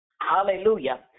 Hallelujah